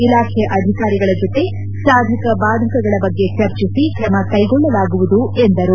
ಇಲಾಖೆ ಅಧಿಕಾರಿಗಳ ಜೊತೆ ಸಾಧಕ ಬಾಧಕಗಳ ಬಗ್ಗೆ ಚರ್ಚಿಸಿ ಕ್ರಮ ಕೈಗೊಳ್ಳಲಾಗುವುದು ಎಂದರು